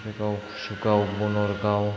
Gossaigaon Kasugaon Banargaon